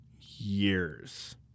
years